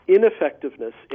Ineffectiveness